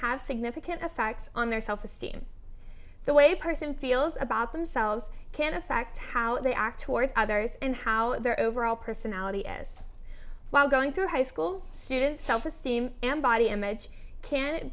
have significant the facts on their self esteem the way person feels about themselves can affect how they act towards others and how their overall personality is while going through high school students self esteem and body image can